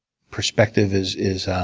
perspective is is